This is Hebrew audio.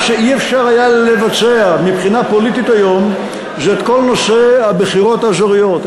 מה שאי-אפשר היה לבצע מבחינה פוליטית היום זה כל נושא הבחירות האזוריות,